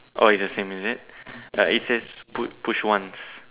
oh it's the same is it uh it says pu~ push ones